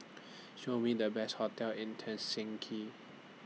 Show Me The Best hotels in